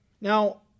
Now